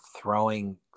throwing